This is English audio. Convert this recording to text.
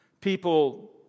people